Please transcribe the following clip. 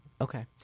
okay